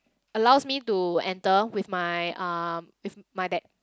allows me to enter with my um my bad